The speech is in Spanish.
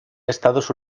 estados